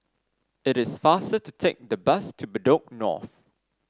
it is faster to take the bus to Bedok North